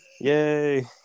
Yay